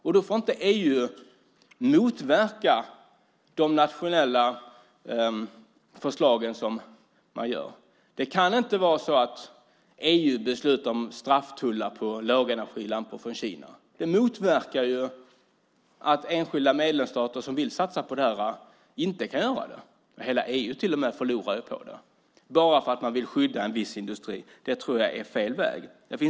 EU får inte motverka de nationella förslag som läggs fram. Det får inte vara så att EU beslutar om strafftullar på lågenergilampor från Kina. Det motverkar enskilda medlemsstaters möjlighet att satsa på detta. Hela EU förlorar på att skydda en viss industri. Det tror jag är fel väg att gå.